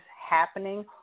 happening